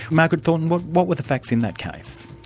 margaret thornton, what what were the facts in that case?